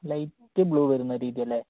light blue വരുന്ന രീതിയല്ലേ